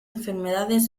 enfermedades